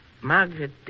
Margaret